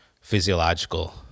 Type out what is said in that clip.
physiological